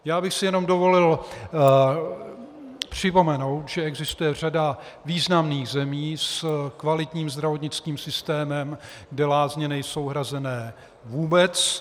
Jen bych si dovolil připomenout, že existuje řada významných zemí s kvalitním zdravotnickým systémem, kde lázně nejsou hrazené vůbec.